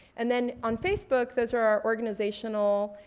and then on facebook, those are our organizational,